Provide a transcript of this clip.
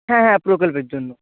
হ্যাঁ হ্যাঁ প্রকল্পের জন্য